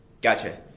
Gotcha